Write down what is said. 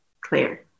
clear